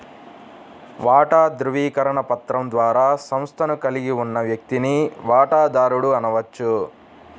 వాటా ధృవీకరణ పత్రం ద్వారా సంస్థను కలిగి ఉన్న వ్యక్తిని వాటాదారుడు అనవచ్చు